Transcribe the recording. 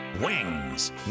Wings